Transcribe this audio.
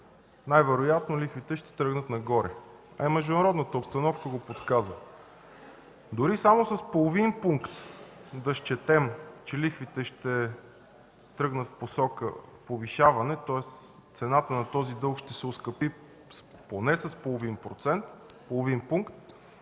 най-вероятно лихвите ще тръгнат нагоре, а международната обстановка го подсказва. Дори само с половин пункт да счетем, че лихвите ще тръгнат в посока повишаване, тоест цената на този дълг ще се оскъпи поне с половин пункт,